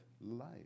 life